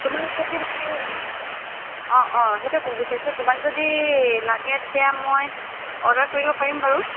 তোমাক যদি লাগে অঁ অঁ সেইটোৱে ক'ব বিচাৰিছোঁ তোমাক যদি লাগে তেতিয়া মই অৰ্ডাৰ কৰি দিব পাৰিম বাৰু